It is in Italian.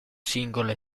singolo